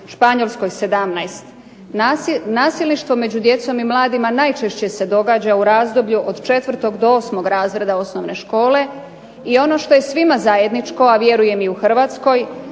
Španjolskoj 17%. Nasilništvo među djecom i mladima najčešće se događa u razdoblju od 4. do 8. razreda osnovne škole i ono što je svima zajedničko a vjerujem i u Hrvatskoj